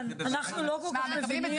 אנחנו לא כל כך מבינים.